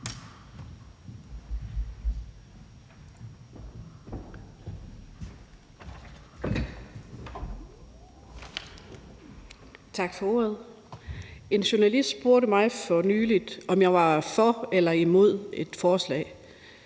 Tak for ordet. En journalist spurgte mig for nylig, om jeg var for eller imod et forslag.